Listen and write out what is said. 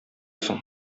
соң